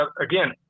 Again